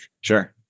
Sure